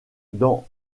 dans